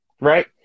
right